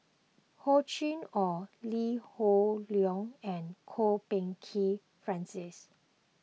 Hor Chim or Lee Hoon Leong and Kwok Peng Kin Francis